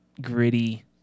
gritty